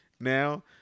now